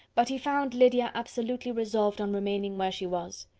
but he found lydia absolutely resolved on remaining where she was.